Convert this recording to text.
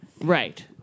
Right